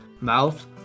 mouth